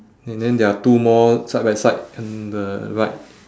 and then there are two more side by side on the right